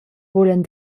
vulan